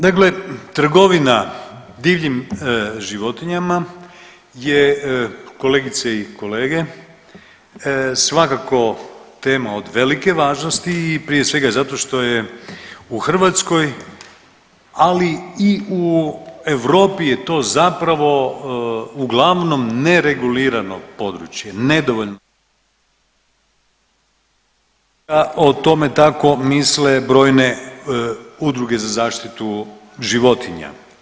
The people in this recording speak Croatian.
Dakle, trgovina divljim životinjama je kolegice i kolege svakako tema od velike važnosti i prije svega zato što je u Hrvatskoj, ali i u Europi je to zapravo uglavnom neregulirano područje, nedovoljno ... [[Govornik udaljen od mikrofona, ne čuje se.]] O tome tako misle brojne udruge za zaštitu životinja.